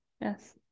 Yes